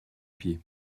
pieds